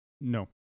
No